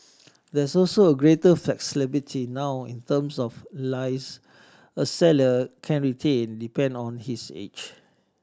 there is also greater flexibility now in terms of a seller can retain depend on his age